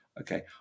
okay